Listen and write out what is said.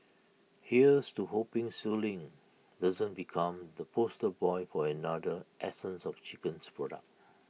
here's to hoping schooling doesn't become the poster boy for another essence of chicken product